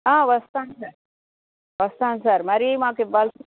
వస్తాను సార్ వస్తాను సార్ మరి మాకివ్వాల్సిన